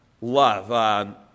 love